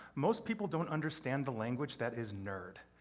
most people don't understand the language that is nerd.